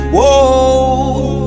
Whoa